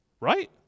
right